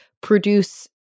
produce